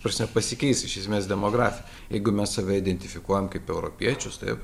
nors nepasikeis iš esmės demografija jeigu mes save identifikuojam kaip europiečius taip